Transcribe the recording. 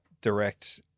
direct